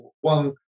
one